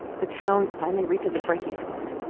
the town finally reaches a breaking point